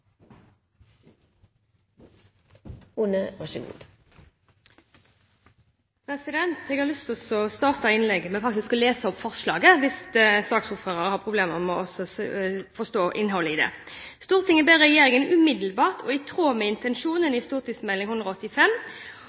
Jeg har lyst til å starte innlegget med å lese opp forslaget, hvis saksordføreren har problemer med å forstå innholdet i det: «Stortinget ber regjeringen umiddelbart – og i tråd med intensjonene i Innst. S. nr. 185